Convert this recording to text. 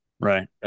Right